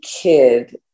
kid